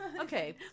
Okay